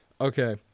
Okay